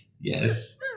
yes